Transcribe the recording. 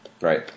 Right